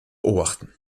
beobachten